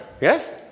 Yes